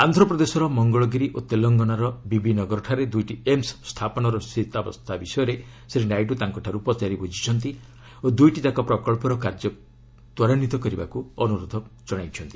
ଆନ୍ଧ୍ରପ୍ରଦେଶର ମଙ୍ଗଳଗିରି ଓ ତେଲଙ୍ଗାନାର ବିବିନଗରଠାରେ ଦୁଇଟି ଏମସ୍ ସ୍ଥାପନର ସ୍ଥିତାବସ୍ଥା ବିଷୟରେ ଶ୍ରୀ ନାଇଡୁ ତାଙ୍କଠାରୁ ପଚାରି ବୁଝିଛନ୍ତି ଓ ଦୁଇଟିଯାକ ପ୍ରକଳ୍ପର କାର୍ଯ୍ୟ ତ୍ୱରାନ୍ୱିତ କରିବାକୁ ଅନୁରୋଧ ଜଣାଇଛନ୍ତି